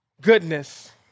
goodness